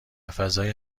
فضای